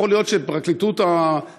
יכול להיות שאת פרקליטות המדינה,